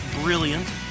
brilliant